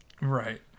right